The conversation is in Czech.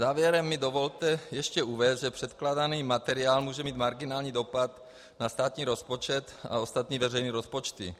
Závěrem mi dovolte ještě uvést, že předkládaný materiál může mít marginální dopad na státní rozpočet a ostatní veřejné rozpočty.